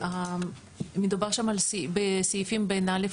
אנחנו כולנו שותפים שהמסחר,